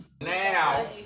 Now